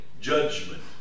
judgment